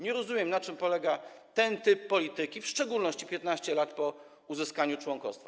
Nie rozumiem, na czym polega ten typ polityki, w szczególności 15 lat po uzyskaniu członkostwa.